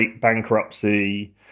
bankruptcy